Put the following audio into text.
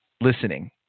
Listening